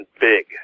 big